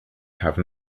have